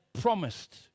promised